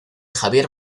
javier